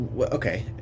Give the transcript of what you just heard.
Okay